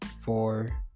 four